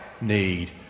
need